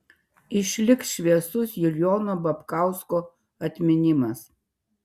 išliks šviesus julijono babkausko atminimas